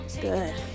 good